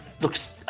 looks